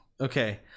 Okay